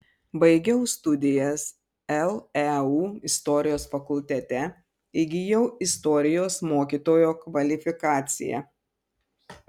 baigiau studijas leu istorijos fakultete įgijau istorijos mokytojo kvalifikaciją